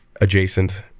adjacent